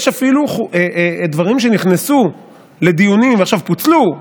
יש אפילו דברים שנכנסו לדיונים ועכשיו פוצלו,